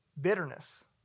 bitterness